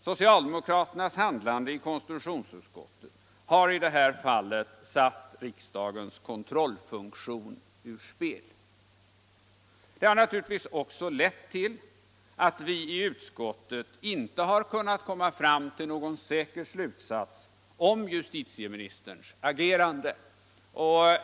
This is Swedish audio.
Socialdemokraternas handlande i konstitutionsutskottet har i detta fall satt riksdagens kontrollfunktion ur spel. Detta har naturligtvis också lett till att vi i utskottet inte har kunnat komma fram till någon säker slutsats rörande justitieministerns agerande.